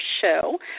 show